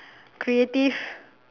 creative